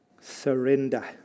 Surrender